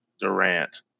Durant